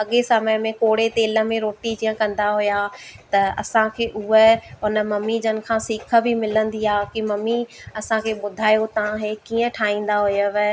अॻे समय में कोड़े तेल में रोटी जीअं कंदा हुया त असांखे हूअ उन मम्मी जन खां सिख बि मिलंदी आहे की मम्मी असांखे ॿुधायो तव्हां हे कीअं ठाहींदा हुयव